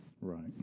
Right